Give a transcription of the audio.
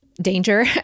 danger